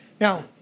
Now